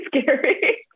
scary